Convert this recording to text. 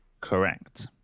Correct